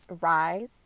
rise